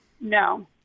No